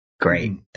great